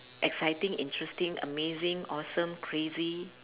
exciting interesting amazing awesome crazy